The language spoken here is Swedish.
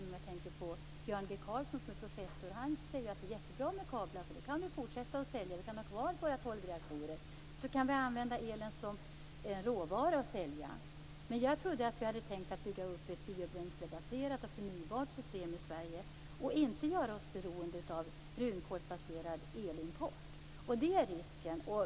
Professor Björn G Karlsson säger att det är jättebra med kablar, för då kan vi ha kvar våra tolv reaktorer och börja använda elen som råvara och sälja den. Men jag trodde att vi hade tänkt att bygga upp ett biobränslebaserat och förnybart system i Sverige och inte göra oss beroende av brunkolsbaserad elimport.